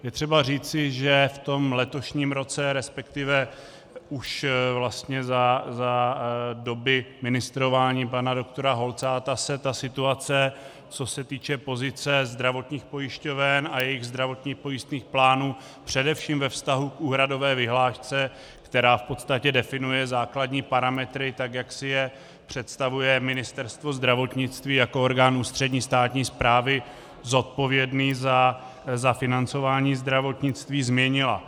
Je potřeba říci, že v letošním roce, resp. už vlastně za doby ministrování pana doktora Holcáta, se situace, co se týče pozice zdravotních pojišťoven a jejich zdravotně pojistných plánů především ve vztahu k úhradové vyhlášce, která v podstatě definuje základní parametry tak, jak si je představuje Ministerstvo zdravotnictví jako orgán ústřední státní správy zodpovědný za financování zdravotnictví, změnila.